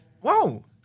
Whoa